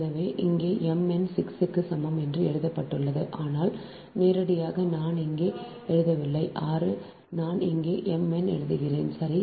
எனவே இங்கே m n 6 க்கு சமம் என்று எழுதப்பட்டுள்ளது ஆனால் நேரடியாக நான் இங்கு எழுதவில்லை 6 நான் இப்போது m n எழுதினேன் சரி